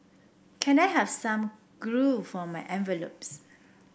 can I have some glue for my envelopes